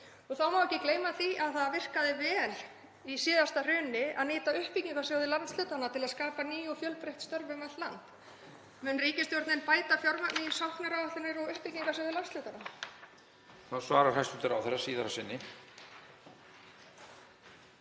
Þá má ekki gleyma því að það virkaði vel í síðasta hruni að nýta uppbyggingarsjóði landshlutanna til að skapa ný og fjölbreytt störf um allt land. Mun ríkisstjórnin bæta fjármagni í sóknaráætlanir og uppbyggingarsjóði landshlutanna?